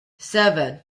seven